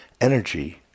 energy